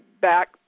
back